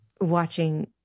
watching